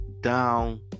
down